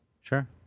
Sure